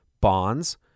bonds